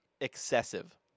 excessive